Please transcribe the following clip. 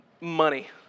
money